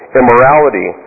immorality